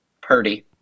Purdy